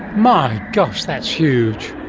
my gosh, that's huge!